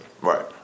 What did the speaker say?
Right